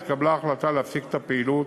התקבלה החלטה להפסיק את הפעילות